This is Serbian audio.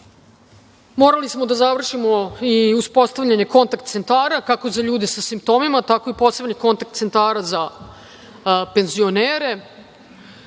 aprila. Morali smo da završimo i uspostavljanje kontakt centara, kako za ljude sa simptomima, tako i posebne kontakt centre za penzionere,